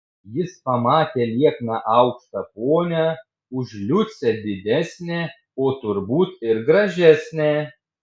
jis pamatė liekną aukštą ponią už liucę didesnę o turbūt ir gražesnę